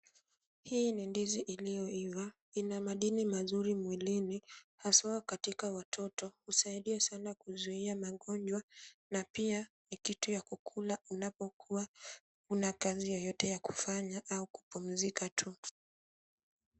Hii ni ndizi iliyoiva. Ina madini mazuri mwilini haswa katika watoto. Husaidia sana kuzuia magonjwa na pia ni kitu ya kukula unapokuwa huna kazi yoyote ya kufanya au kupumzika tu.